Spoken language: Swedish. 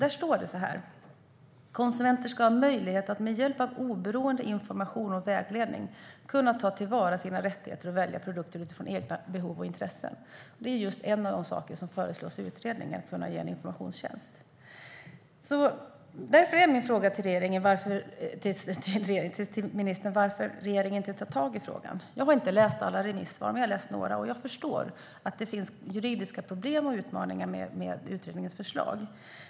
Där står det: Konsumenter ska ha möjlighet att med hjälp av oberoende information och vägledning kunna ta till vara sina rättigheter och kunna välja produkter utifrån egna behov och intressen. En av saker som föreslås i utredningen är att kunna ge en informationstjänst. Min fråga till ministern är varför regeringen inte tar tag i frågan. Jag har inte läst alla remissvar, men jag har läst några. Jag förstår att det finns juridiska problem och utmaningar med utredningens förslag.